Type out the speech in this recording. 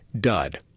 Dud